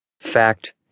fact